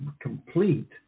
complete